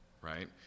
right